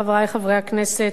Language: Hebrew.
חברי חברי הכנסת,